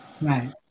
Right